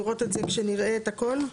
לראות את זה כשנראה את הכל.